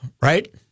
right